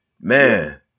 man